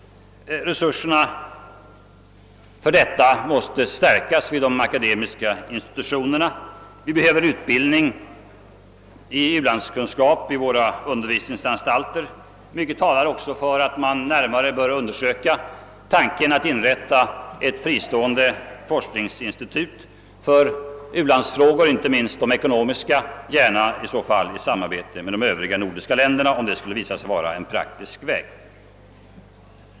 Resurserna för en sådan måste stärkas vid de akademiska institutionerna. Vi behöver utbildning i ulandskunskap vid våra undervisningsanstalter. Mycket talar också för att man närmare bör undersöka tanken att inrätta ett fristånde forskningsinstitut för u-landsfrågor, inte minst de ekonomiska, gärna då i samarbete med de övriga nordiska länderna, om detta skulle visa sig vara en praktisk väg.